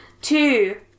Two